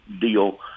deal